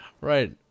Right